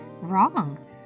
Wrong